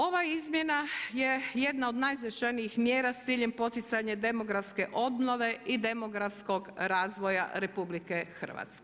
Ova izmjena je jedna od najznačajnijih mjera s ciljem poticanja demografske obnove i demografskog razvoja RH.